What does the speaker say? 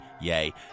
yay